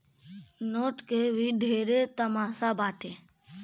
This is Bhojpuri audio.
नोट के भी ढेरे तमासा बाटे